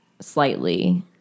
slightly